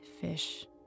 fish